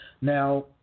Now